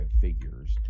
figures